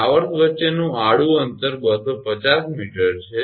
towers વચ્ચેનું આડું અંતર 250 𝑚 છે